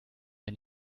wer